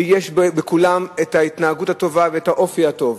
ויש בכולם ההתנהגות הטובה והאופי הטוב,